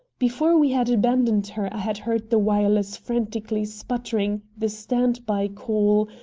before we had abandoned her i had heard the wireless frantically sputtering the standby call,